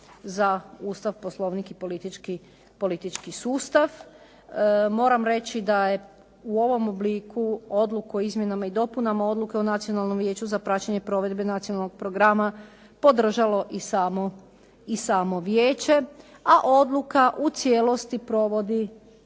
za Ustav, Poslovnik i politički sustav. Moram reći da je u ovom obliku Odluku o izmjenama i dopunama Odluke o Nacionalnom vijeću za praćenje provedbe nacionalnog programa podržalo i samo vijeće, a odluka u cijelosti provodi